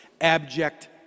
abject